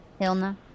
Hilna